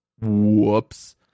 Whoops